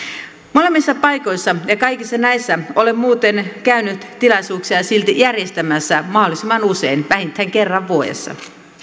molemmissa paikoissa ja kaikissa näissä olen muuten käynyt tilaisuuksia silti järjestämässä mahdollisimman usein vähintään kerran vuodessa